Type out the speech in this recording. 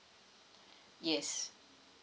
yes